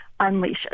unleashes